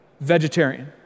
Vegetarian